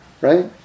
right